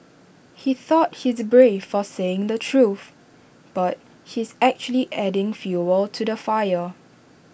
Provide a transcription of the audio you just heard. he thought he's brave for saying the truth but he's actually adding fuel to the fire